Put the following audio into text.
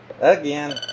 again